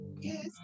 Yes